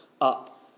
up